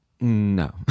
No